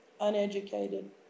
uneducated